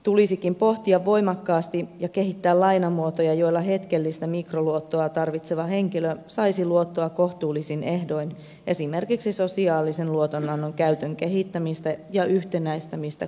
tulisikin pohtia voimakkaasti ja kehittää lainamuotoja joilla hetkellistä mikroluottoa tarvitseva henkilö saisi luottoa kohtuullisin ehdoin esimerkiksi sosiaalisen luotonannon käytön kehittämistä ja yhtenäistämistä koko maahan